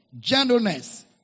gentleness